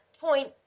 point